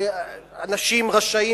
ואנשים רשאים,